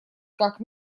как